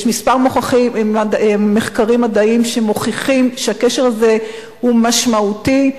יש כמה מחקרים מדעיים שמוכיחים שהקשר הזה הוא משמעותי.